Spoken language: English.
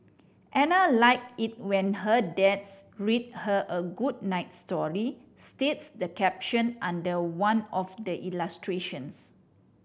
Ana like it when her dads read her a good night story states the caption under one of the illustrations